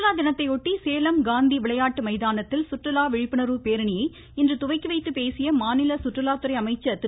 சுற்றுலா வெல்லமண்டி சுற்றுலா தினத்தையொட்டி சேலம் காந்தி விளையாட்டு மைதானத்தில் சுற்றுலா விழிப்புணா்வு பேரணியை இன்று துவக்கி வைத்து பேசிய மாநில சுற்றுலாத்துறை அமைச்சா் திரு